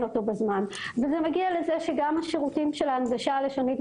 אותו בזמן זה מגיע לזה שגם שירותי ההנגשה הלשונית,